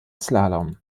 slalom